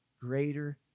greater